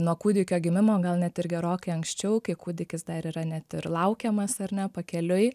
nuo kūdikio gimimo gal net ir gerokai anksčiau kai kūdikis dar yra net ir laukiamas ar ne pakeliui